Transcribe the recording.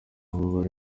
ubu